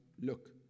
look